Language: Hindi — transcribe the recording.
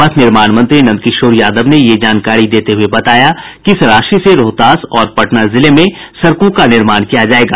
पथ निर्माण मंत्री नंदकिशोर यादव ने यह जानकारी देते हुये बताया कि इस राशि से रोहतास और पटना जिले में सड़कों का निर्माण किया जायेगा